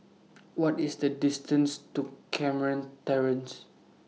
What IS The distance to Carmen Terrace